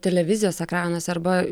televizijos ekranuose arba